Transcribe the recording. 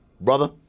brother